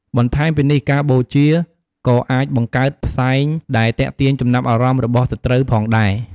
បន្ថែមពីនេះ ការបូជាក៏អាចបង្កើតផ្សែងដែលទាក់ទាញចំណាប់អារម្មណ៍របស់សត្រូវផងដែរ។